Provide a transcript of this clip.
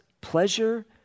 pleasure